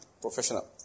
professional